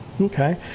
Okay